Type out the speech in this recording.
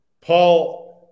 Paul